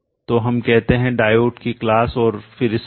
तो हम कहते हैं डायोड की क्लास और फिर स्टार